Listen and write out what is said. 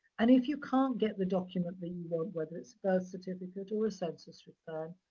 and if you can't get the document that you want, whether it's birth certificate or a census return,